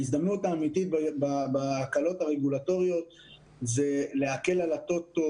ההזדמנות האמיתית בהקלות הרגולטוריות זה להקל על הטוטו